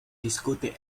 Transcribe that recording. discute